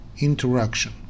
interaction